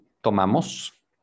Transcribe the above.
tomamos